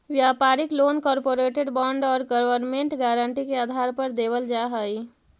व्यापारिक loan corporate bond और government guarantee के आधार पर देवल जा हई